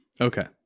okay